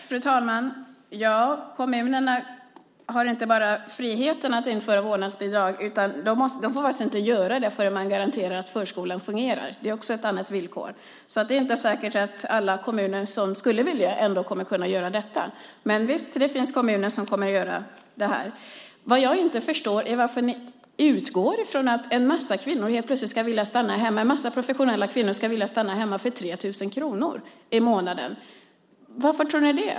Fru talman! Kommunerna har inte bara friheten att införa vårdnadsbidrag, utan de får inte göra det förrän de har garanterat att förskolan fungerar. Det är också ett villkor. Det är inte säkert att alla kommuner som skulle vilja införa vårdnadsbidrag kommer att kunna göra detta. Visst finns det kommuner som kommer att göra det. Vad jag inte förstår är varför ni utgår från att en massa professionella kvinnor helt plötsligt ska vilja stanna hemma för 3 000 kronor i månaden. Varför tror ni det?